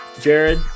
jared